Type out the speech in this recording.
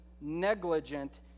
negligent